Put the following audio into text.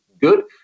good